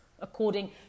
according